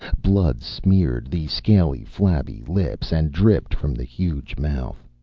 blood smeared the scaly, flabby lips and dripped from the huge mouth.